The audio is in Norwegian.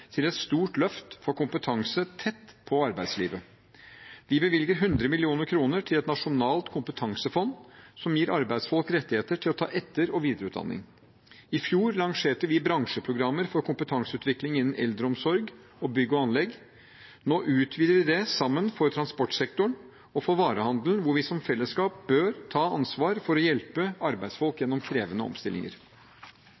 til et stort løft for kompetanse tett på arbeidslivet. Vi bevilger 100 mill. kr til et nasjonalt kompetansefond som gir arbeidsfolk rettigheter til å ta etter- og videreutdanning. I fjor lanserte vi bransjeprogrammer for kompetanseutvikling innen eldreomsorg og bygg og anlegg. Nå utvider vi det sammen for transportsektoren og for varehandelen, der vi som fellesskap bør ta ansvar for å hjelpe arbeidsfolk